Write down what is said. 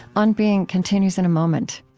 on being continues in a moment